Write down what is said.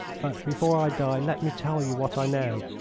but before i die let me tell you what i know.